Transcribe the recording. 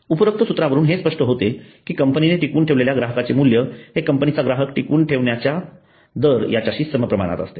उपरोक्त सूत्रावरून हे स्पष्ट होते की कंपनीने टिकवून ठेवलेल्या ग्राहकाचे मूल्य हे कंपनीचा ग्राहक टिकवून ठेवण्याचा दर याच्याशी सम प्रमाणात असते